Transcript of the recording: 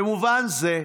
במובן זה,